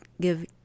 give